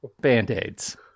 band-aids